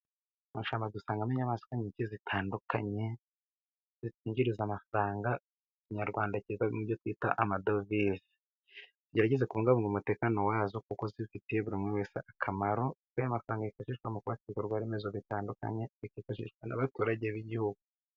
Amashyamba dusangamo inyamaswa nyinshi zitandukanye zitwinjiriza amafaranga, mu kinyarwanda cyiza ni byo twita amadovize. Tugerageze kubungabunga umutekano wazo kuko zifitiye buri umwe wese akamaro, kuko ayo mafaranga akoreshwa mu kubaka ibikorwa remezo bitandukanye, bikifashishwa n'abaturage b'igihugu.